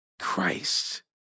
Christ